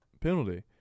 penalty